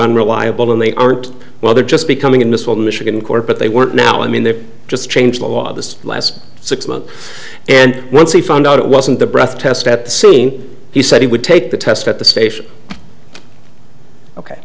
unreliable when they aren't well they're just becoming admissible michigan court but they weren't now i mean they just changed the law of the last six months and once they found out it wasn't the breath test at the scene he said he would take the test at the station ok